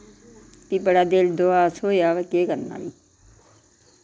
फ्ही बड़ा दिल दुआस होआ व केह् करना प्ही